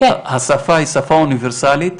השפה היא שפה אוניברסלית,